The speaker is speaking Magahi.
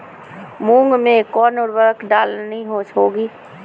मूंग में कौन उर्वरक डालनी होगी?